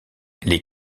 les